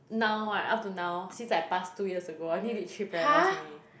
now right up till now since I passed two years ago I only did three parallels only